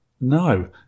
no